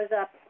up